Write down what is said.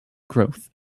growth